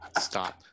Stop